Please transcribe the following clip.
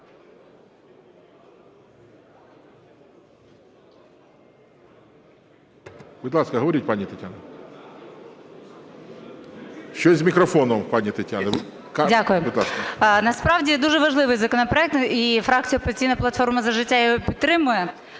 Дякую. Насправді дуже важливий законопроект, і фракція "Опозиційна платформа – За життя" його підтримує.